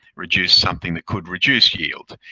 reduce something that could reduce yield.